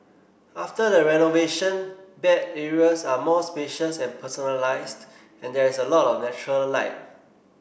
after the renovation bed areas are more spacious and personalised and there is a lot of natural light